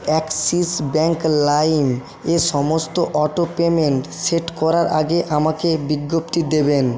Axis bank লাইমে সমস্ত auto payment set করার আগে আমাকে বিজ্ঞপ্তি দেবেন